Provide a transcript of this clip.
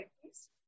please